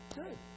Good